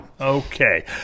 Okay